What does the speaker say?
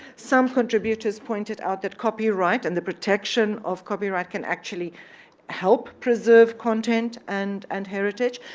some contributors pointed out that copyright and the protection of copyright can actually help preserve content and and heritage,